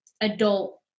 adult